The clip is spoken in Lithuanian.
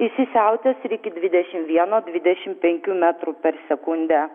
įsisiautės iki dvidešimt vieno dvidešimt penkių metrų per sekundę